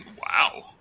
Wow